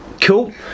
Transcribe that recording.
Cool